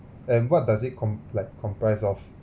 and what does it comp~ like comprise of